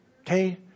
Okay